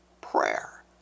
prayer